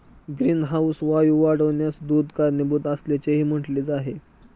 greenhouse वायू वाढण्यास दूध कारणीभूत असल्याचेही म्हटले आहे